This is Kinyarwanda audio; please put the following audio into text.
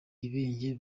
ibenge